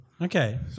Okay